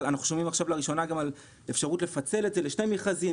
אנחנו שומעים עכשיו לראשונה על אפשרות לפצל את זה לשני מכרזים,